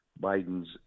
Biden's